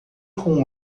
com